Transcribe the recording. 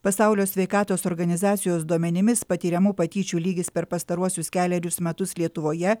pasaulio sveikatos organizacijos duomenimis patiriamų patyčių lygis per pastaruosius kelerius metus lietuvoje